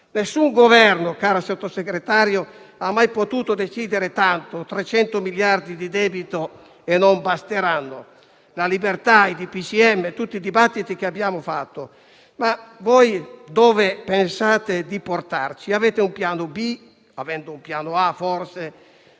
Nessun Governo, cara Sottosegretario, ha mai potuto decidere tanto: 300 miliardi di debito (e non basteranno), la libertà, i DPCM e tutti i dibattiti che abbiamo fatto. Dove pensate di portarci? Avete un piano B (avendo un piano A, forse)?